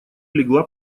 легла